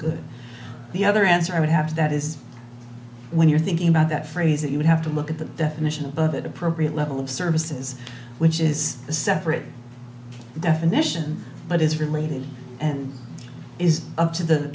good the other answer i would have to that is when you're thinking about that phrase you have to look at the definition of it appropriate level of services which is a separate definition but it's related and is up to the